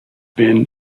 been